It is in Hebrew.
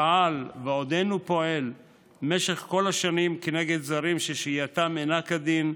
פעל ועודנו פועל במשך כל השנים כנגד זרים ששהייתם אינה כדין,